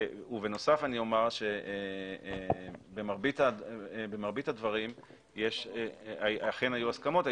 במרבית הדברים אכן היו הסכמות.